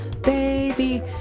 baby